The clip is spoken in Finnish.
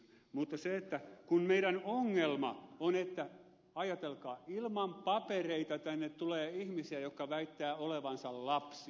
mutta meidän ongelma on että ajatelkaa ilman papereita tänne tulee ihmisiä jotka väittävät olevansa lapsia